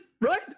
right